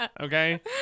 Okay